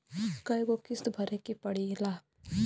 कय गो किस्त भरे के पड़ेला?